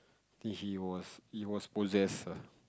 he he was he was possessed ah